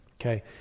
okay